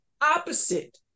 opposite